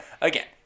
again